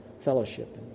fellowship